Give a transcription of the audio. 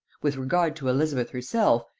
with regard to elizabeth herself,